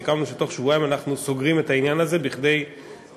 וסיכמנו שבתוך שבועיים אנחנו סוגרים את העניין הזה כדי בעצם